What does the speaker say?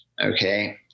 okay